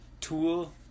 Tool